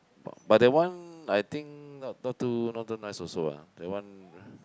but but that one I think not not too not too nice also lah that one